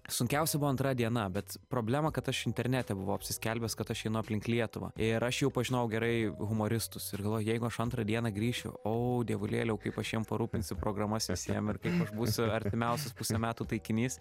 sunkiausia buvo antra diena bet problema kad aš internete buvau apsiskelbęs kad aš einu aplink lietuvą ir aš jau pažinojau gerai humoristus ir galvoju jeigu aš antrą dieną grįšiu o dievulėliau kaip aš jiem parūpinsiu programas visiem ir kaip aš būsiu artimiausius pusę metų taikinys